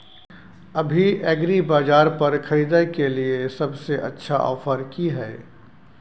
अभी एग्रीबाजार पर खरीदय के लिये सबसे अच्छा ऑफर की हय?